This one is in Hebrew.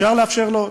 אפשר לאפשר לו.